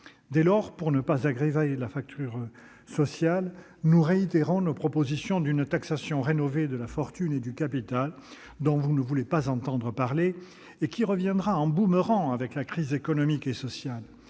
Dès lors, pour ne pas aggraver la fracture sociale, nous réitérons nos propositions d'une taxation rénovée de la fortune et du capital dont vous ne voulez pas entendre parler, et qui reviendra en boomerang avec la crise économique et sociale